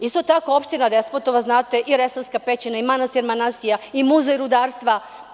Isto tako, opština Despotovac, Resavska pećina, manastir Manasija i Muzej rudarstva.